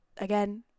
Again